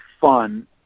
fun